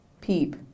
peep